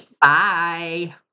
Bye